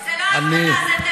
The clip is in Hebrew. זה לא הפגנה,